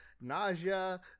nausea